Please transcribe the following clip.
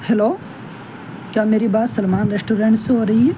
hello کیا میری بات سلمان ریسٹورینٹ سے ہو رہی ہے